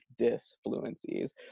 disfluencies